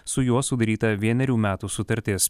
su juo sudaryta vienerių metų sutartis